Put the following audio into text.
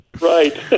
Right